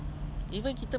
ya true